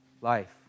life